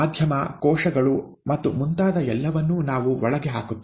ಮಾಧ್ಯಮ ಕೋಶಗಳು ಮತ್ತು ಮುಂತಾದ ಎಲ್ಲವನ್ನೂ ನಾವು ಒಳಗೆ ಹಾಕುತ್ತೇವೆ